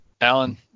Alan